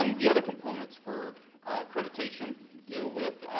um the other components for accreditation deal with